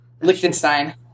Liechtenstein